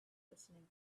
listening